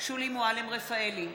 שולי מועלם-רפאלי,